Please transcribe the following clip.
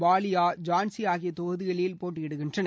பாலியா ஜான்சி ஆகிய தொகுதிகளில் போட்டியிடுகின்றன